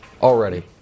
already